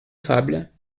fable